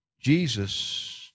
Jesus